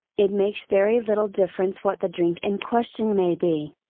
it makes very little difference what the drink in question may be.